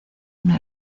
una